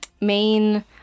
main